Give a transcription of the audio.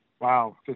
Wow